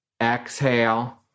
Exhale